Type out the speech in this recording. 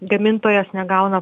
gamintojas negauna